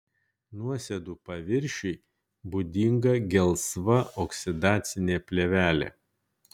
nuosėdų paviršiui būdinga gelsva oksidacinė plėvelė